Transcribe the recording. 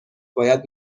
باید